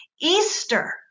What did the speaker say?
Easter